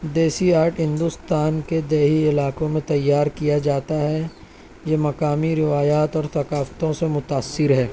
دیسی آرٹ ہندوستان کے دیہی علاقوں میں تیار کیا جاتا ہے یہ مقامی روایات اور تقافتوں سے متاثر ہے